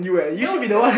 no you